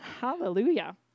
Hallelujah